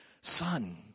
son